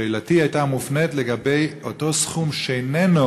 שאלתי הייתה מופנית לגבי אותו סכום שאיננו